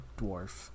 dwarf